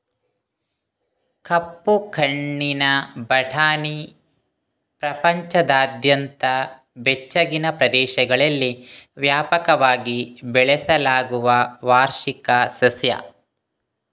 ಕಪ್ಪು ಕಣ್ಣಿನ ಬಟಾಣಿ ಪ್ರಪಂಚದಾದ್ಯಂತ ಬೆಚ್ಚಗಿನ ಪ್ರದೇಶಗಳಲ್ಲಿ ವ್ಯಾಪಕವಾಗಿ ಬೆಳೆಸಲಾಗುವ ವಾರ್ಷಿಕ ಸಸ್ಯ